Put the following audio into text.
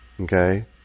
Okay